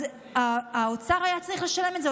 אז האוצר היה צריך לשלם את זה,